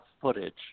footage